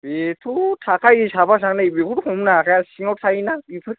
बेथ' थाखायो साफा सानै बेखौथ' हमनो हाखाया सिङाव थायोना बिफोर